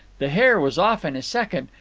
the hare was off in a second,